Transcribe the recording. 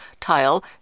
tile